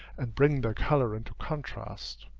and bring their color into contrast.